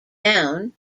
down